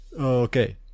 Okay